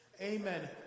Amen